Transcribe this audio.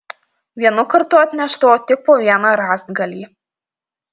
vienu kartu atnešdavo tik po vieną rąstgalį